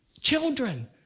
children